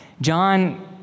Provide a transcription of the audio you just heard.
John